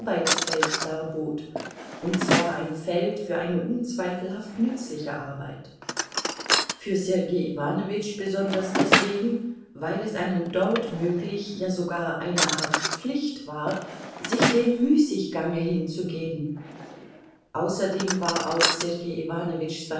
und zwar ein feld für eine unzweifelhaft nützliche arbeit für sergei iwanowitsch besonders deswegen weil es einem dort möglich ja sogar eine art pflicht war sich dem müßiggange hinzugeben außerdem war auch